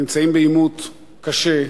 נמצאים בעימות קשה,